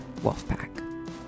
Wolfpack